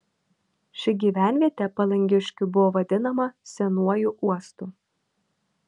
ši gyvenvietė palangiškių buvo vadinama senuoju uostu